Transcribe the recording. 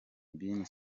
bin